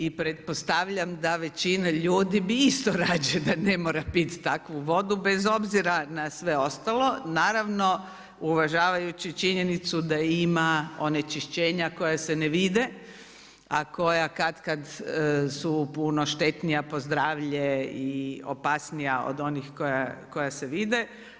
I pretpostavljam da većina ljudi bi isto rađe da ne mora pit takvu vodu bez obzira na sve ostalo, naravno uvažavajući činjenicu da ima onečišćenja koja se ne vide, a koja katkad su puno štetnija po zdravlje i opasnija od onih koja se vide.